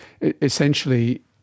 essentially